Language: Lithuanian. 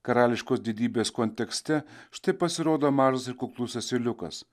karališkos didybės kontekste štai pasirodo mažas ir kuklus asiliukas